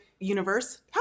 universe